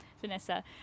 Vanessa